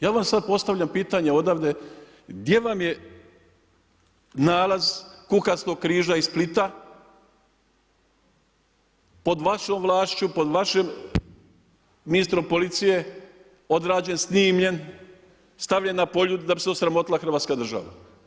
Ja vam sada postavljam pitanje odavde, gdje vam je nalaz kukastog križa iz Splita pod vašom vlašću, pod vašim ministrom policije, odrađen, snimljen, stavljen na Poljud da bi se osramotila Hrvatska država?